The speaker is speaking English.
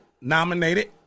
Nominated